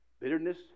Bitterness